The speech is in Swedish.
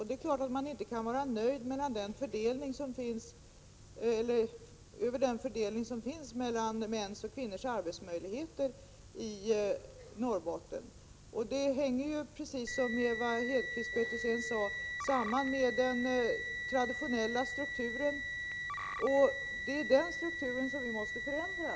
Det är klart att man inte kan vara nöjd med den fördelning som finns beträffande mäns och kvinnors arbetsmöjligheter i Norrbotten. Detta hänger, precis som Ewa Hedkvist Petersen sade, samman med den traditionella strukturen i Norrbotten, och det är den strukturen som vi måste förändra.